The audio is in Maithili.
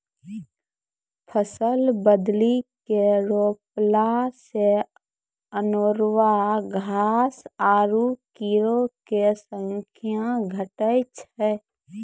फसल बदली के रोपला से अनेरूआ घास आरु कीड़ो के संख्या घटै छै